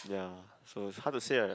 ya so it's hard to say ah